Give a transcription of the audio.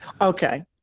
Okay